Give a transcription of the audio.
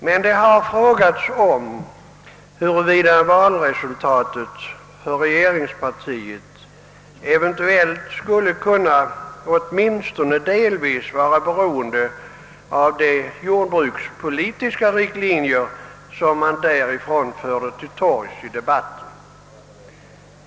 Men det har också frågats, huruvida valresultatet för regeringspartiets del skulle kunna tänkas bero på de jordbrukspolitiska riktlinjer som man förde till torgs i debatten.